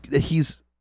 he's-